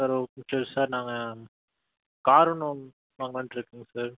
sir sir நாங்கள் car ஒன்று வாங்களான்றுக்க சார்